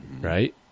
right